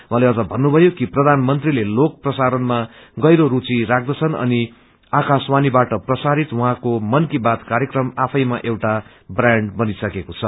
उहाँले अझ भन्नुथयो कि प्रधानमन्त्रीले लोक प्रसारणमा गहिरो सूचि राख्दछन् अनि आकाशवाणीबाट प्रसारित उझँच्ने मन की बात र्कायक्रम आफैमा एउटा ब्रान्ड बनिसकेको छ